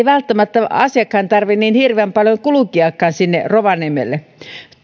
välttämättä tarvitse niin hirveän paljon kulkeakaan sinne rovaniemelle